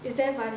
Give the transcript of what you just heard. it's damn funny